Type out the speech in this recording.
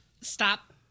Stop